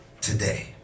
today